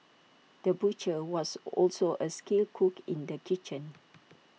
the butcher was also A skilled cook in the kitchen